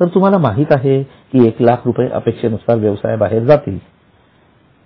तर तुम्हाला माहित आहे एक लाख रुपये अपेक्षेनुसार व्यवसाय बाहेर जातील